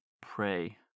pray